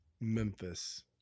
memphis